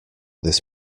this